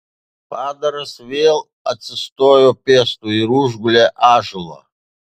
padaras vėl atsistojo piestu ir užgulė ąžuolą